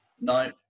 no